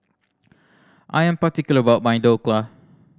I am particular about my Dhokla